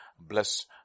bless